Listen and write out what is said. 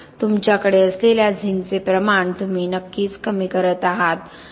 तुमच्याकडे असलेल्या झिंकचे प्रमाण तुम्ही नक्कीच कमी करत आहात